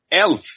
Elf